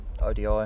ODI